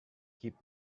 keep